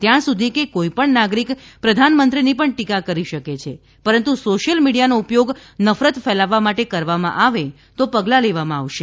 ત્યાં સુધી કે કોઇપણ નાગરિક પ્રધાનમંત્રીની પણ ટીકા કરી શકે છે પરંતુ સોશિયલ મીડિયાનો ઉપયોગ નફરત ફેલાવવા માટે કરવામાં આવે તો પગલાં લેવામાં આવશે